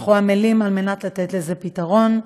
אנחנו עמלים לתת לזה פתרון,